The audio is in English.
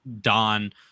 Don